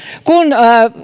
kun